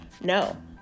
no